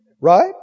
right